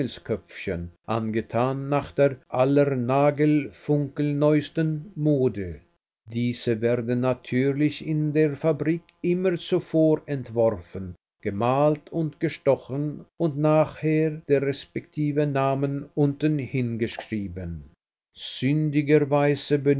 engelsköpfchen angetan nach der allernagelfunkelneuesten mode diese werden natürlich in der fabrik immer zuvor entworfen gemalt und gestochen und nachher der resp namen unten hingeschrieben